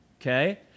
okay